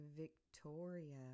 Victoria